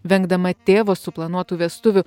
vengdama tėvo suplanuotų vestuvių